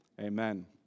amen